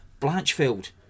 Blanchfield